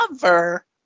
cover